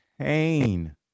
pain